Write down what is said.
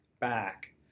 back